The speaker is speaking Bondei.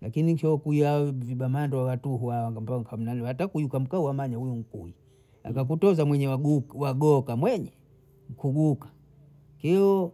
Lakini chio kwiya vibamanda watuhu hao ambaompamnalu hata kuikwa mkoa wamanya huyu mkuyu, akakutoza mwenye maguku wagoka mwenye kuguka kio